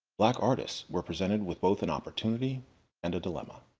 black artists were presented with both an opportunity and a dilemma,